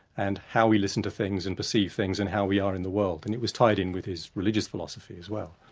and how we listen to things and perceive things and how we are in the world, and it was tied in with his religious philosophy as well.